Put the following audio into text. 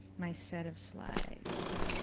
my set of slides.